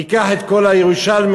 ניקח את כל הירושלמים.